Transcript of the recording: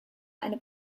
eine